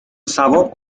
ثواب